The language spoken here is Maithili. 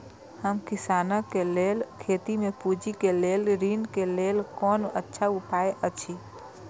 हम किसानके लेल खेती में पुंजी के लेल ऋण के लेल कोन अच्छा उपाय अछि?